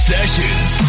Sessions